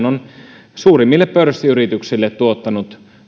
on suurimmille pörssiyrityksille tuottanut